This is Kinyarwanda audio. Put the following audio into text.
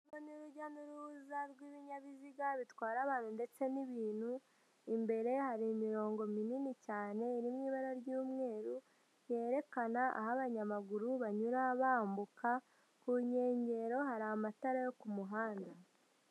Uru ni urujya n'uruza rw'ibinyabiziga bitwara abantu ndetse n'ibintu, imbere hari imirongo minini cyane iri mu ibara ry'umweru ryerekana aho abanyamaguru banyura bambuka, ku nkengero hari amatara yo ku muhanda.